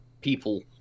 people